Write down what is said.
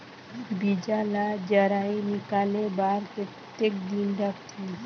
बीजा ला जराई निकाले बार कतेक दिन रखथे?